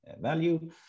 value